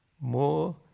more